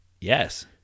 Yes